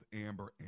Amber